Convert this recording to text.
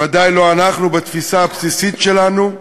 ודאי לא אנחנו בתפיסה הבסיסית שלנו.